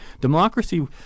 Democracy